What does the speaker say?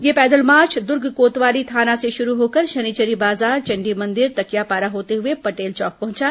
यह पैदल मार्च दर्ग कोतवाली थाना से शुरू होकर शनिचरी बाजार चण्डी मंदिर तकियापारा होते हुए पटेल चौक पहुंचा